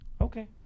okay